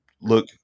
look